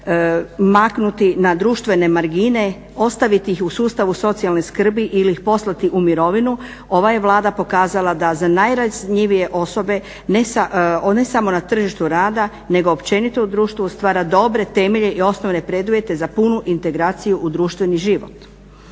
maknuti na društvene margine, ostaviti ih u sustavu socijalne skrbi ili ih poslati u mirovinu, ova je Vlada pokazala da za najranjivije osobe ne samo na tržištu rada nego općenito u društvu stvara dobre temelje i osnovne preduvjete za punu integraciju u društveni život.